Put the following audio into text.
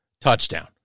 touchdown